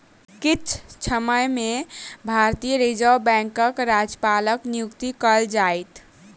किछ समय में भारतीय रिज़र्व बैंकक राज्यपालक नियुक्ति कएल जाइत